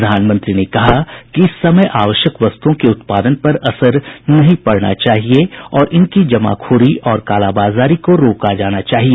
प्रधानमंत्री ने कहा कि इस समय आवश्यक वस्तुओं के उत्पादन पर असर नहीं पड़ना चाहिए और इनकी जमाखोरी और कालाबाजारी को रोका जाना चाहिए